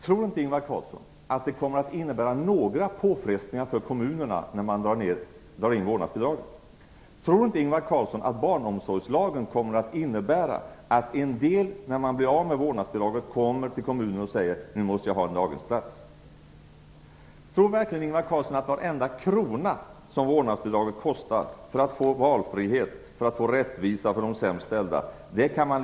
Tror inte Ingvar Carlsson att det kommer att innebära några påfrestningar för kommunerna när man drar in vårdnadsbidraget? Tror inte Ingvar Carlsson att barnomsorgslagen kommer att innebär att en del av dem som blir av med vårdnadsbidraget vänder sig till kommunen med begäran om en dagisplats? Tror verkligen Ingvar Carlsson att varenda krona som vårdnadsbidraget kostar för att få valfrihet och för att få rättvisa för de sämst ställda går att spara in?